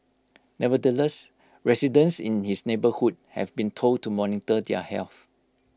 nevertheless residents in his neighbourhood have been told to monitor their health